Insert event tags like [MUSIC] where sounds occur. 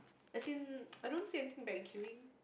as in [NOISE] I don't see anything bad in queuing